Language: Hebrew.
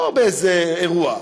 לא באיזה אירוע,